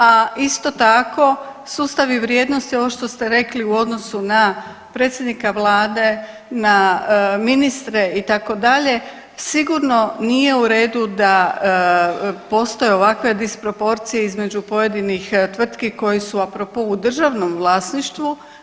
A isto tako sustavi vrijednosti ovo što ste rekli u odnosu na predsjednika vlade, na ministre itd., sigurno nije u redu da postoje ovakve disproporcije između pojedinih tvrtki koji su apropo u državnom vlasništvu.